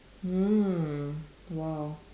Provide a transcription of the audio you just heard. mm !wow!